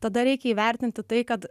tada reikia įvertinti tai kad